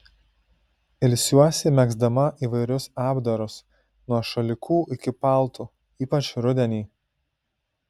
ilsiuosi megzdama įvairius apdarus nuo šalikų iki paltų ypač rudenį